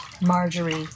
Marjorie